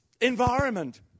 environment